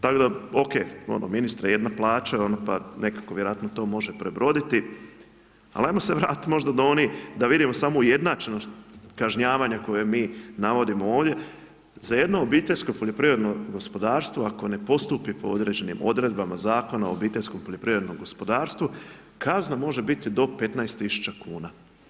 Tako da, ok, ministre, jedna plaća pa nekako vjerojatno to može prebroditi, ali ajmo se vratiti možda do onih, da vidimo samo ujednačenost kažnjavanja koje mi navodimo ovdje, za jedno obiteljsko poljoprivredno gospodarstvo, ako ne postupi po određenim odredbama, zakonima, obiteljsko poljoprivrednom gospodarstvu, kazna može biti do 15 tisuća kuna.